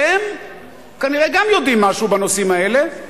והם כנראה גם יודעים משהו בנושאים האלה,